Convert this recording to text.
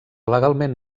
legalment